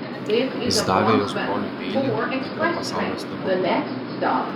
jis davė jos broliui peilį tikrą pasaulio stebuklą